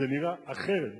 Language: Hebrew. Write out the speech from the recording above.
זה נראה אחרת,